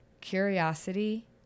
curiosity